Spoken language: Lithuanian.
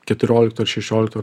keturioliktų ar šešioliktų